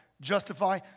justify